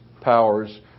powers